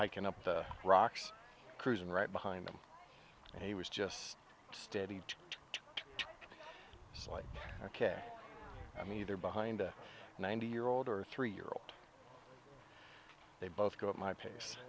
hiking up the rocks cruising right behind them and he was just steady like ok i'm either behind a ninety year old or three year old they both go at my pace